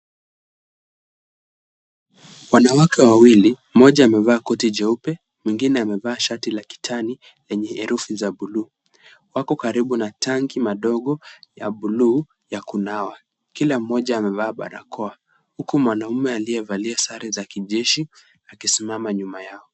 Wanawake wawili mmoja amevaa koti jeupe mwengine amevaa shati la kijani lenye herufi za buluu. Wako karibu na matanki madogo ya buluu ya kunawa. Kila mmoja amevaa barakoa huku mwanaume aliyevaa sare za kijeshi akisimama nyuma yao.